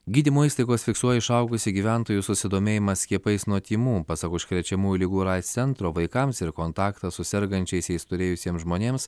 gydymo įstaigos fiksuoja išaugusį gyventojų susidomėjimą skiepais nuo tymų pasak užkrečiamųjų ligų ir aids centro vaikams ir kontaktą su sergančiaisiais turėjusiems žmonėms